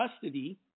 custody